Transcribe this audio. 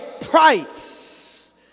price